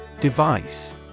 Device